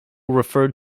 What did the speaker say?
referred